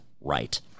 right